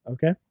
Okay